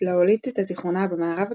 הפלאוליתית התיכונה במערב הכרמל.